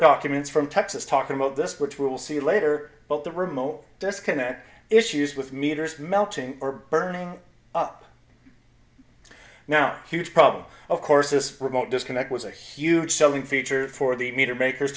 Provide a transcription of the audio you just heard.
documents from texas talking about this which we will see later but the removal disconnect issues with meters melting or burning up now huge problem of course this remote disconnect was a huge selling feature for the meter makers